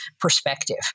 perspective